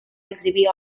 exhibir